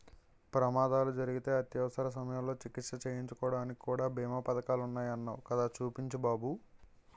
ప్రమాదాలు జరిగితే అత్యవసర సమయంలో చికిత్స చేయించుకోడానికి కూడా బీమా పదకాలున్నాయ్ అన్నావ్ కదా చూపించు బాబు